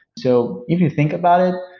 so if you think about it,